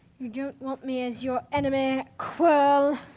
you don't want me as your enemy, quirrell.